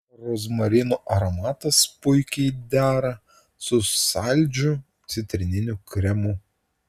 rozmarinų aromatas puikiai dera su saldžiu citrininiu kremu